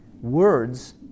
words